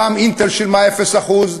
פעם "אינטל" שילמה אפס אחוז,